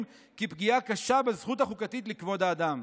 כפגיעה קשה בזכות החוקתית לכבוד האדם.